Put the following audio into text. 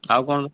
ଆଉ କ'ଣ